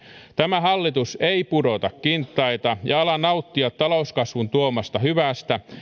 tämä hallitus ei pudota kintaita ja ala nauttia talouskasvun tuomasta hyvästä